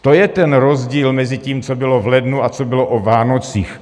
To je ten rozdíl mezi tím, co bylo v lednu a co bylo o Vánocích.